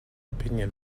opinion